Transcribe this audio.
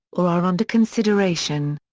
or are under consideration.